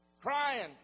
crying